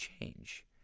change